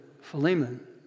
Philemon